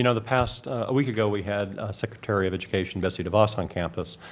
you know the past a week ago we had secretary of education betsy devos on campus.